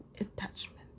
attachment